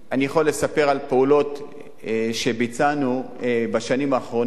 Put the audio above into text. אני יכול לספר על פעולות שביצענו בשנים האחרונות,